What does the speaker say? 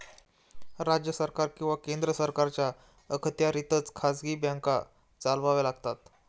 राज्य सरकार किंवा केंद्र सरकारच्या अखत्यारीतच खाजगी बँका चालवाव्या लागतात